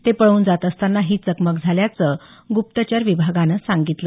ते पळून जात असतांना ही चकमक झाल्याचं गुप्तचर विभागानं सांगितलं